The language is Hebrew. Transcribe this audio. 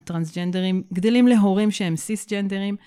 טרנסג'נדרים גדלים להורים שהם סיסג'נדרים.